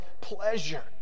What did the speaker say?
pleasure